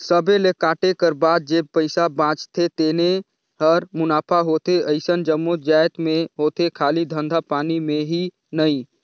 सबे ल कांटे कर बाद जेन पइसा बाचथे तेने हर मुनाफा होथे अइसन जम्मो जाएत में होथे खाली धंधा पानी में ही नई